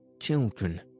children